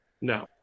No